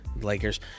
Lakers